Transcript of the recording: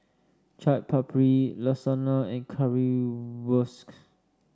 Chaat Papri Lasagna and Currywurst